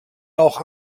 auch